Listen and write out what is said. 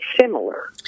similar